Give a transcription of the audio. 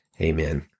Amen